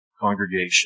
congregation